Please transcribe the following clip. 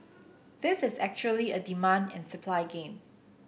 this is actually a demand and supply game